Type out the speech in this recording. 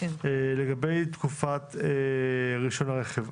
לגבי תקופת רישיון הרכב.